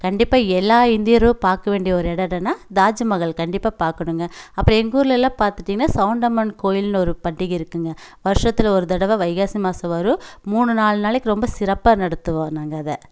கண்டிப்பாக எல்லா இந்தியரும் பார்க்க வேண்டிய ஒரு இடம் என்னென்னால் தாஜுமகால் கண்டிப்பாக பார்க்கணுங்க அப்புறம் எங்கள் ஊர்லெலாம் பார்த்துட்டீங்கன்னா சௌண்டம்மன் கோவில்னு ஒரு பண்டிகை இருக்குதுங்க வருஷத்துல ஒரு தடவை வைகாசி மாதம் வரும் மூணு நாலு நாளைக்கு ரொம்ப சிறப்பாக நடத்துவோம் நாங்கள் அதை